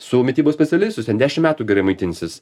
su mitybos specialistu jis ten dešimt metų gerai maitinsis